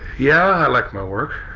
yeah, i like my work